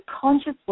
consciously